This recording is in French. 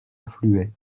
affluait